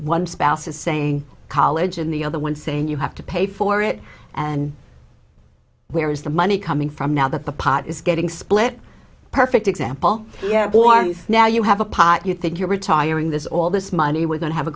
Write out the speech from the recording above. one spouse is saying college in the other one saying you have to pay for it and where is the money coming from now that the pot is getting split perfect example airborn now you have a pot you think you're retiring this all this money we're going to have a